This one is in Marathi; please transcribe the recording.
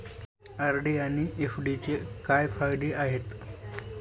आर.डी आणि एफ.डीचे काय फायदे आहेत?